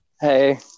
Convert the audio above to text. hey